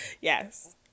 Yes